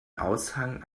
aushang